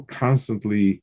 constantly